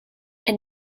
and